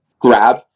grab